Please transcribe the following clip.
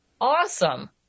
awesome